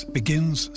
begins